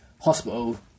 hospital